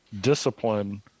discipline